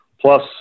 plus